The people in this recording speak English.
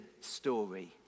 story